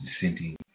descending